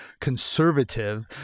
conservative